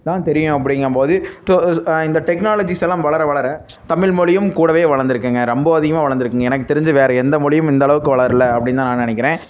தான் தெரியும் அப்படிங்கும்போது டோ இந்த டெக்னாலஜிஸ் எல்லாம் வளர வளர தமிழ்மொழியும் கூடவே வளர்ந்துருக்குங்க ரொம்ப அதிகமாக வளர்ந்துருக்குங்க எனக்கு தெரிஞ்சு வேற எந்த மொழியும் இந்தளவுக்கு வளரலை அப்படின்னு தான் நான் நினைக்கிறேன்